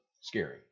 scary